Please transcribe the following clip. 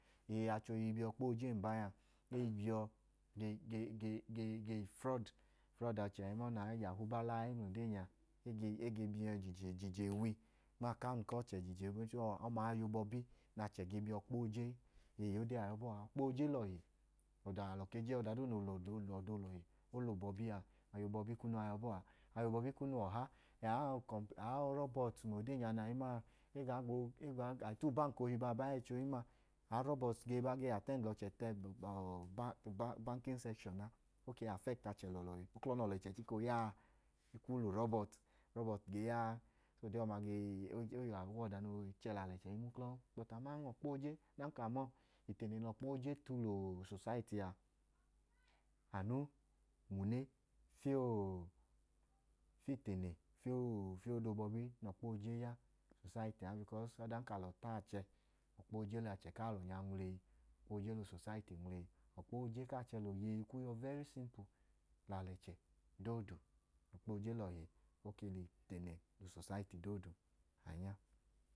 Ii achẹ ohi bi ọkpa oojen n ba nya, e i bi yọ, ge, ge ge ge i frọdu achẹ. Ẹgẹẹ nẹ auyahu ba layii no ba nya. E i nyọ i je ije uwi nma akaọntu ku ọchẹ a ọma wẹ aya obọbi nẹ achẹ ge bi le ya ọdee a yọ bọọ a. Ọkpa ooje lọhi. Alọ ke je ọda doodu noo lẹ olọhi, o lẹ obọbi a. Ọma a yọ abọọ a. Aya obọbi kunu ọha, aurọbọtu mla ode nya na i ma a, e gaa gboo, a i ta ubaki ohin ma, aurọbọtu ge ba ge atẹndi lẹ ọchẹ ubankin sẹshọn a. O ke i afẹti ọchẹ lọọlọhi. Ipu uklọ nẹ ọchẹ chika ooya a, urọbọtu, urọbọtu ge ya a. O i chẹ lẹ alẹchẹ i ge ma uklọn. Bọtu aman ọkpa ooje, ọdanka a ma ọọ, itene nẹ ọkpa ooje tu lẹ usosayiti a, anu nwune fiyẹ itene ku ọda obọbi nẹ ọkpa ooje ya ipu usosayitii a. Ọdanka alọ ta a chẹ, ọkpa ooje lẹ alọ nwleyi. Ọkpa ooje lẹ usosayiti nwleyi. Ọkpa ooje kaa chẹ lẹ oyeyi kwu yọ very simpul lẹ alẹchẹ doodu. Ọkpa ooje lọhi, o ke lẹ itene lẹ usosayiti doodu.